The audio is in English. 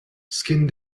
skin